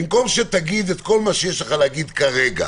במקום שתגיד את כל מה שיש לך להגיד כרגע,